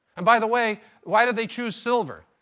and by the way, why did they choose silver?